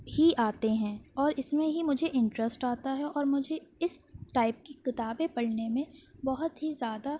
ہی آتے ہیں اور اس میں ہی مجھے انٹرسٹ آتا ہے اور مجھے اس ٹائپ کی کتابیں پڑھنے میں بہت ہی زیادہ